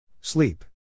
Sleep